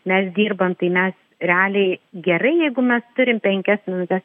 mes dirbam tai mes realiai gerai jeigu mes turim penkias minutes